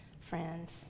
friends